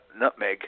nutmeg